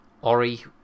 Ori